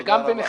זה גם ביניכם.